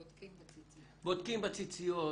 בודקים בציציות.